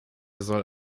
soll